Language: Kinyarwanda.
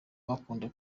bakunda